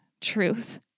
truth